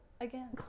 Again